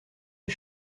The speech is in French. des